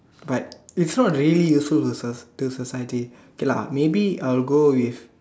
but it's not really useful to the society okay lah maybe I will go with